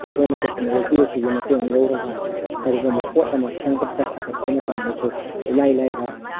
ꯑꯩꯈꯣꯏꯅ ꯇꯦꯛꯅꯣꯂꯣꯖꯤ ꯑꯁꯤꯒꯤ ꯃꯇꯦꯡ ꯂꯧꯔꯒ ꯀꯔꯤꯒꯨꯝꯕ ꯄꯣꯠ ꯑꯃ ꯁꯦꯝꯒꯠꯄ ꯁꯥꯒꯠꯄ ꯃꯇꯝꯗꯁꯨ ꯏꯂꯥꯏ ꯂꯥꯏꯕ